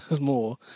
more